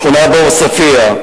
שכונה בעוספיא,